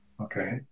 Okay